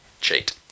cheat